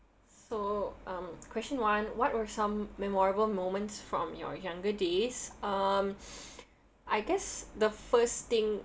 so um question one what were some memorable moments from your younger days um I guess the first thing